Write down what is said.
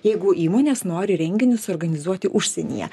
jeigu įmonės nori renginius organizuoti užsienyje